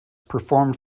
performed